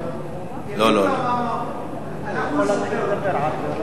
אנחנו נספר לה מה אמרת.